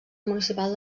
municipal